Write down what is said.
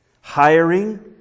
hiring